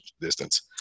distance